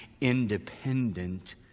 independent